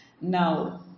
Now